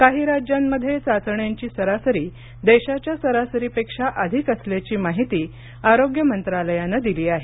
काही राज्यांमध्ये चाचण्यांची सरासरी देशाच्या सरासरीपेक्षा अधिक असल्याची माहिती आरोग्य मंत्रालयानं दिली आहे